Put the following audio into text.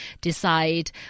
decide